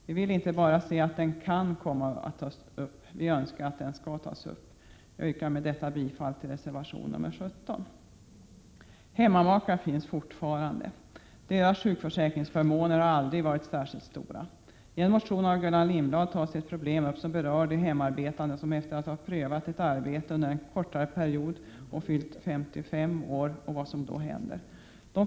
Vi vill inte bara se att frågan kan komma att tas upp, utan vi direkt önskar att den skall tas upp. Jag yrkar bifall till reservation nr 17. Hemmamakar finns fortfarande. Deras sjukförsäkringsförmåner har aldrig varit särskilt stora. I en motion av Gullan Lindblad tas ett problem upp som berör de hemarbetande som har prövat ett arbete under en kortare period och fyllt 55 år och vad som då händer med dem.